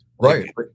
Right